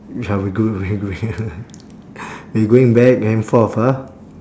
ya we go we going we going back and forth ah